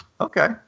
Okay